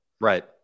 Right